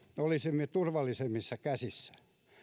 olisimme turvallisemmissa käsissä